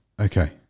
Okay